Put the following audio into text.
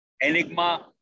enigma